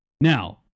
Now